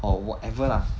or whatever lah